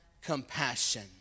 compassion